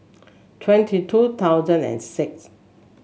twenty two thousand and six